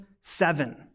seven